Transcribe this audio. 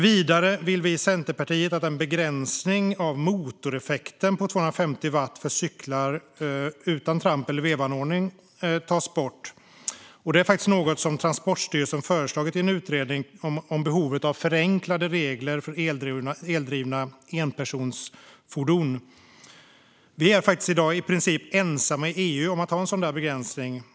Vidare vill Centerpartiet att den begränsning av motoreffekten på 250 watt som gäller för cyklar utan tramp eller vevanordning tas bort. Det är något som Transportstyrelsen föreslagit i en utredning om behov av förenklade regler för eldrivna enpersonsfordon. Sverige är i princip ensamt i EU om att ha en sådan begränsning.